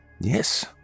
yes